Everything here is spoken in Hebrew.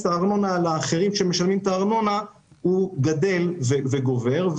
הארנונה על האחרים שמשלמים את הארנונה גדל וגובר.